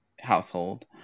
household